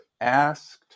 asked